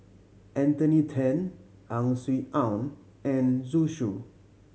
Anthony Then Ang Swee Aun and Zhu Xu